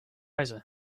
crazy